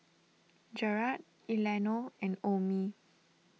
Jarad Eleanor and Omie